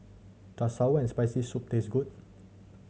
does sour and Spicy Soup taste good